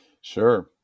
Sure